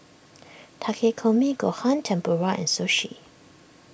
Takikomi Gohan Tempura and Sushi